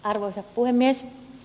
arvoisa puhemies